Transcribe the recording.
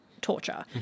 torture